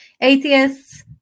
atheists